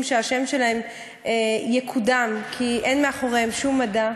שהשם שלהם יקודם כי אין מאחוריהם שום מדע,